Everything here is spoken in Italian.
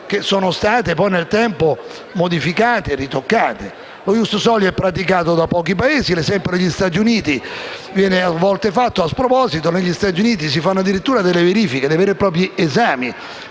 che sono state poi nel tempo modificate e ritoccate. Lo *ius soli* è praticato da pochi Paesi. L'esempio degli Stati Uniti viene a volte fatto a sproposito, visto che negli Stati Uniti si fanno addirittura delle verifiche, dei veri e propri esami